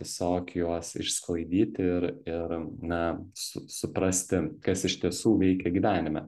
tiesiog juos išsklaidyti ir ir na su suprasti kas iš tiesų veikia gyvenime